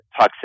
toxicity